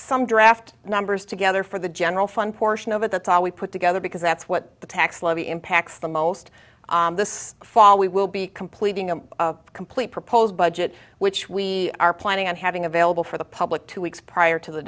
some draft numbers together for the general fund portion of it that's all we put together because that's what the tax levy impacts the most this fall we will be completing a complete proposed budget which we are planning on having available for the public two weeks prior to the